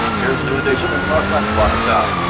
here's the new addition in the northwest part of that.